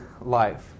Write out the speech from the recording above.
life